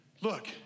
Look